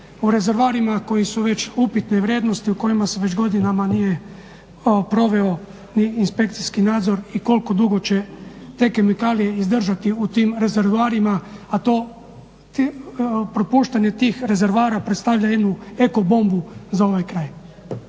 u rezervoarima koji su već upitne vrijednosti, u kojima se već godinama nije proveo ni inspekcijski nadzor i koliko dugo će te kemikalije izdržati u tim rezervoarima, a propuštanje tih rezervoara predstavlja jednu eko bombu za ovaj kraj.